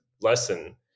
lesson